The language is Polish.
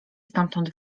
stamtąd